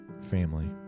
family